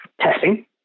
testing